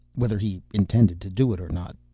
whether he intended to do it or not,